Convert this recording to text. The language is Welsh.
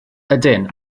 ydyn